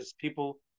people